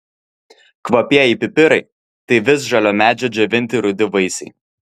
kvapieji pipirai tai visžalio medžio džiovinti rudi vaisiai